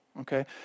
Okay